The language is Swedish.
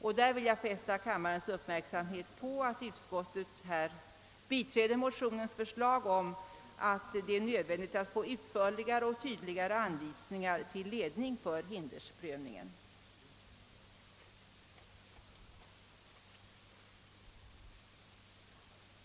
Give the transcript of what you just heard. Jag vill fästa kammarens uppmärksamhet på att utskottet biträder vårt i motionen framförda förslag om att utförligare och tydligare anvisningar skall utarbetas till ledning för hindersprövningen.